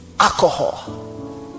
Alcohol